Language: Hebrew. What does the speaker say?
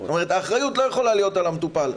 האחריות לא יכולה להיות על המטופל.